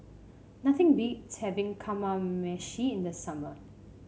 nothing beats having Kamameshi in the summer